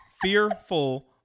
fearful